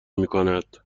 میکنند